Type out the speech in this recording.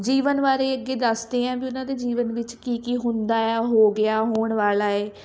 ਜੀਵਨ ਬਾਰੇ ਅੱਗੇ ਦੱਸਦੇ ਆ ਵੀ ਉਹਨਾਂ ਦੇ ਜੀਵਨ ਵਿੱਚ ਕੀ ਕੀ ਹੁੰਦਾ ਹੈ ਹੋ ਗਿਆ ਹੋਣ ਵਾਲਾ ਏ